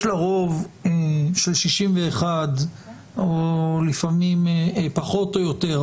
לה רוב של 61 או לפעמים פחות או יותר,